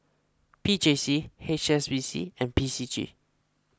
P J C H S B C and P C G